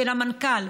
של המנכ"ל,